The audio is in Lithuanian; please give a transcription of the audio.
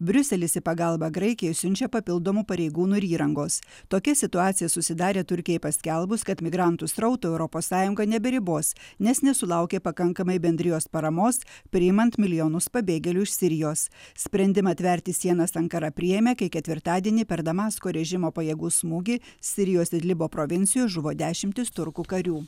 briuselis į pagalbą graikijai siunčia papildomų pareigūnų ir įrangos tokia situacija susidarė turkijai paskelbus kad migrantų srauto europos sąjunga neberibos nes nesulaukė pakankamai bendrijos paramos priimant milijonus pabėgėlių iš sirijos sprendimą atverti sienas ankara priėmė kai ketvirtadienį per damasko režimo pajėgų smūgį sirijos idlibo provincijoj žuvo dešimtys turkų karių